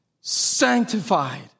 sanctified